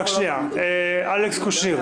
אלכס קושניר,